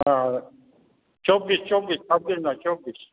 হ্যাঁ চব্বিশ চব্বিশ ছাব্বিশ নয় চব্বিশ